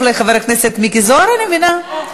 חבר הכנסת זוהיר בהלול, אינו נוכח.